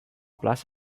plaça